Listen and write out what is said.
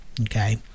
Okay